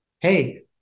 Hey